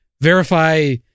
Verify